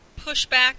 pushback